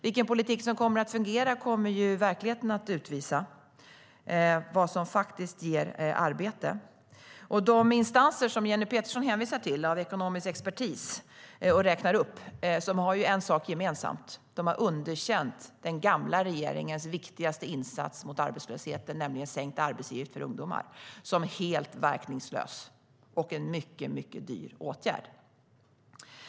Vilken politik som kommer att fungera och vad som faktiskt ger arbete får verkligheten utvisa. De instanser för ekonomisk expertis som Jenny Petersson räknar upp och hänvisar till har en sak gemensamt: De har underkänt den gamla regeringens viktigaste insats mot arbetslösheten, nämligen sänkt arbetsgivaravgift för ungdomar, som helt verkningslös och en mycket dyr åtgärd.